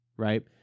Right